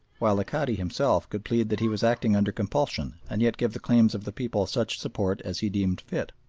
while the cadi himself could plead that he was acting under compulsion and yet give the claims of the people such support as he deemed fit.